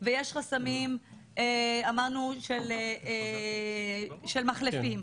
יש חסמים של מחלפים,